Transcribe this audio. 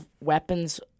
weapons